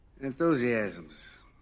Enthusiasms